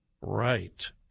right